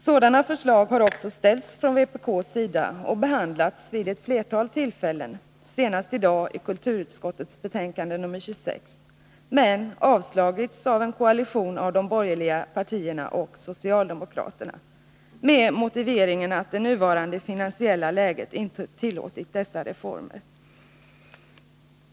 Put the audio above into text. Sådana förslag har också framställts från vpk:s sida och behandlats vid ett flertal tillfällen, senast i dag i debatten om kulturutskottets betänkande nr 26, men avslagits av en koalition av de borgerliga partierna och socialdemokraterna, med motiveringen att det nuvarande finansiella läget inte tillåtit dessa reformer.